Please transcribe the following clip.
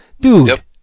dude